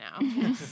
now